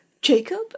Jacob